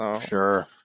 Sure